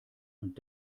und